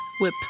whip